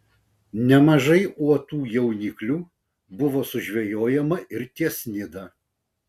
nemažai uotų jauniklių buvo sužvejojama ir ties nida